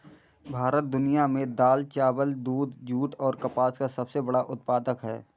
भारत दुनिया में दाल, चावल, दूध, जूट और कपास का सबसे बड़ा उत्पादक है